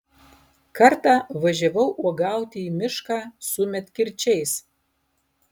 kartą važiavau uogauti į mišką su medkirčiais